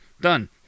Done